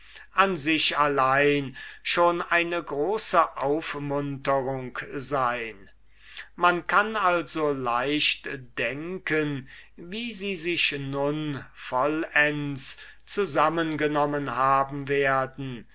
an sich allein schon eine große aufmunterung sein man kann also leicht denken wie sie sich nun vollends zusammengenommen haben werden